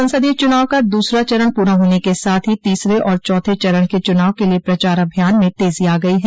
संसदीय चुनाव का दूसरा चरण पूरा होन के साथ ही तीसरे और चौथे चरण के चुनाव के लिये प्रचार अभियान में तेज़ी आ गई है